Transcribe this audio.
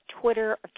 Twitter